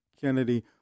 Kennedy